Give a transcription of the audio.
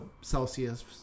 Celsius